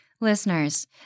Listeners